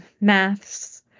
maths